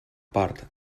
part